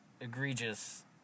egregious